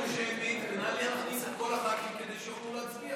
נא להכניס את כל הח"כים כדי שיוכלו להצביע.